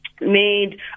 made